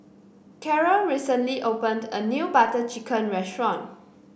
Karel recently opened a new Butter Chicken restaurant